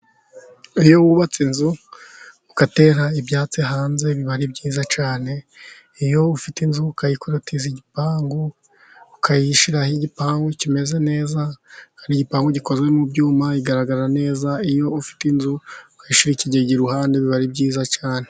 Iyo wubatse inzu ugatera ibyatsi hanze biba ari byiza cyane. Iyo ufite inzu ukayikorotiza igipangu ukayishyiraho igipangu kimeze neza, hari igipangu gikozwe mu byuma igaragara neza. Iyo ufite inzu ukayishyira ikigega iruhande biba ari byiza cyane.